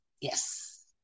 yes